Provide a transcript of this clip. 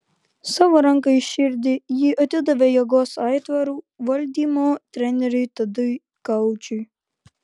savo ranką ir širdį ji atidavė jėgos aitvarų valdymo treneriui tadui gaučui